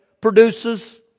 produces